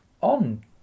on